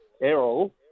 Errol